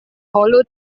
hollow